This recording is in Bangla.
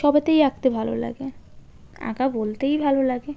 সবেতেই আঁকতে ভালো লাগে আঁকা বলতেই ভালো লাগে